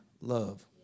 love